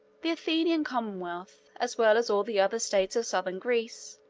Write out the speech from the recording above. the athenian commonwealth, as well as all the other states of southern greece,